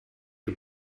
you